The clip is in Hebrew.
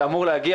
שאמור להגיע